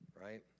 right